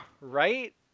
right